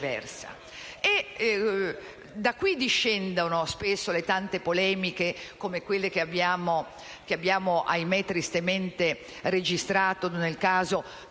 Da qui discendono spesso le tante polemiche, come quelle che abbiamo tristemente registrato nel caso